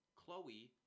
Chloe